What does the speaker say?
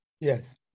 Yes